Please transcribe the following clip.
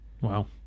Wow